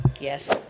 Yes